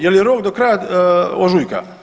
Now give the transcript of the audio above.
Jel' je rok do kraja ožujka?